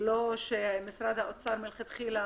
לא שמשרד האוצר מלכתחילה